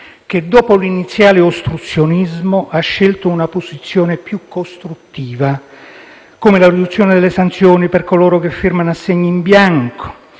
che dopo l'iniziale ostruzionismo ha scelto una posizione più costruttiva: penso alla riduzione delle sanzioni per coloro che firmano assegni in bianco,